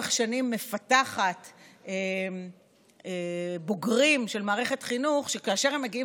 שלאורך שנים מפתחת בוגרים של מערכת חינוך שכאשר הם מגיעים